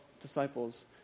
disciples